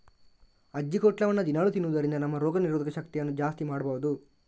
ಅಜ್ಜಿಕೊಟ್ಲವನ್ನ ದಿನಾಲೂ ತಿನ್ನುದರಿಂದ ನಮ್ಮ ರೋಗ ನಿರೋಧಕ ಶಕ್ತಿಯನ್ನ ಜಾಸ್ತಿ ಮಾಡ್ಬಹುದು